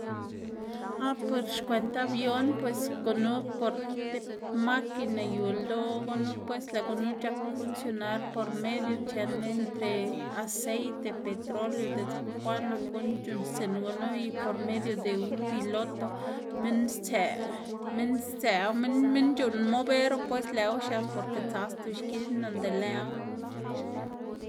ah per xkwend avión pues gunu por tib makina yu ldoꞌ gunu pues lëꞌ gunu c̲h̲ak funcionar por medio c̲h̲en entre aceite, pertoleo diꞌtse bukwaꞌn nak guꞌn c̲h̲uꞌnnstiꞌn gunu y por medio de un piloto, minn stsëꞌ, minn stsëꞌwu, minn minn c̲h̲uꞌnn moveru pues lëꞌwu xias porque tsasdu xki nonda lëꞌwu.